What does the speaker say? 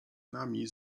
nami